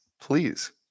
please